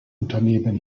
unternehmen